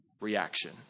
reaction